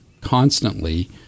constantly